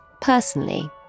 personally